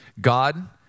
God